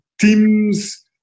Teams